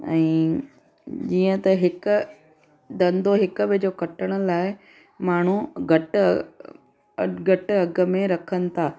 ऐं जीअं त हिकु धंधो हिक ॿिए जो कटण लाइ माण्हू घटि अ घटि अघ में रखनि था